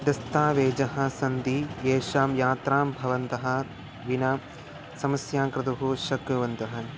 दस्तावेजः सन्ति येषां यात्रां भवन्तः विना समस्यां कृतुः शक्नुवन्तः